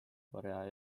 korea